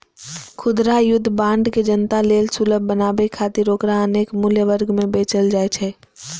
खुदरा युद्ध बांड के जनता लेल सुलभ बनाबै खातिर ओकरा अनेक मूल्य वर्ग मे बेचल जाइ छै